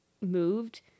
moved